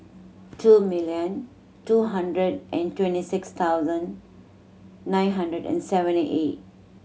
two million two hundred and twenty six thousand nine hundred and seventy eight